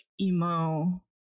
emo